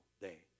day